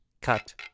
cut